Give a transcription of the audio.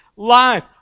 life